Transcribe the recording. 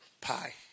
pie